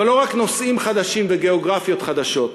אבל לא רק נושאים חדשים וגיאוגרפיות חדשות,